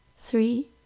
three